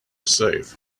safe